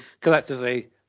collectively